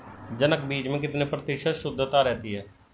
जनक बीज में कितने प्रतिशत शुद्धता रहती है?